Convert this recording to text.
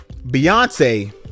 Beyonce